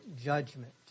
judgment